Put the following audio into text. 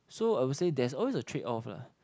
so I will say there's always a trade off lah